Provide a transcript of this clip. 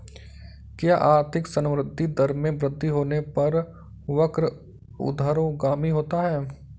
क्या आर्थिक संवृद्धि दर में वृद्धि होने पर वक्र ऊर्ध्वगामी होता है?